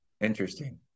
Interesting